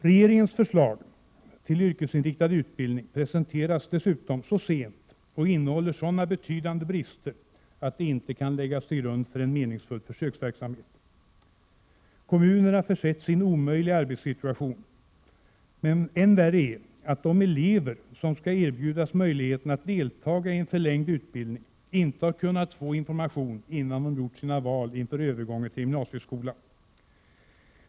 Regeringens förslag till yrkesinriktad utbildning presenteras dessutom så sent och innehåller sådana betydande brister att det inte kan läggas till grund för en meningsfull försöksverksamhet. Kommunerna försätts i en omöjlig arbetssituation, men än värre är att de elever som skall erbjudas möjlighet att deltaga i en förlängd utbildning inte har kunnat få information innan de gjort sina val inför övergången till gymnasieskolan.